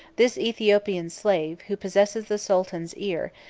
this aethiopian slave, who possesses the sultan's ear,